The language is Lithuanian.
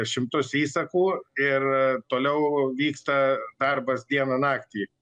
šimtus įsakų ir toliau vyksta darbas dieną naktį